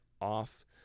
off